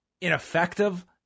ineffective